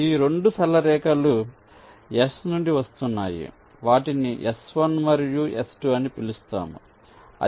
ఈ 2 సరళ రేఖలు S నుండి వస్తున్నాయి వాటిని S1 మరియు S2 అని పిలుస్తాము